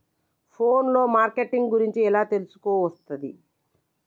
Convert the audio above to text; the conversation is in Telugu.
ఫోన్ లో మార్కెటింగ్ గురించి ఎలా తెలుసుకోవస్తది?